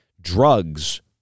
drugs